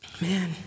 Man